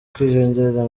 kwiyongera